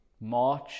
March